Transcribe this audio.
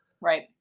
Right